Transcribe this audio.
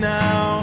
now